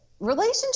Relationship